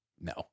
no